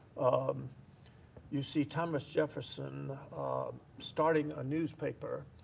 um you see thomas jefferson starting a newspaper